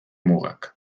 mugak